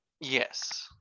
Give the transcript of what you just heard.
Yes